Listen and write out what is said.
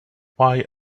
why